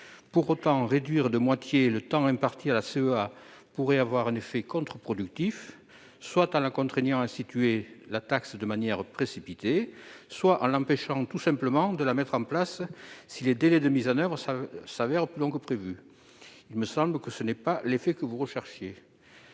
Pour autant, réduire de moitié le temps imparti à la CEA pourrait avoir un effet contre-productif, soit en la contraignant à instituer la taxe de manière précipitée, soit en l'empêchant tout simplement de la mettre en place si les délais de mise en oeuvre se révélaient plus longs que prévu. Il me semble que ce n'est pas l'effet que vous recherchez,